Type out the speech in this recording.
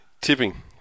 Tipping